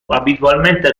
abitualmente